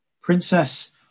princess